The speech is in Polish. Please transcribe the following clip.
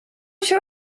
się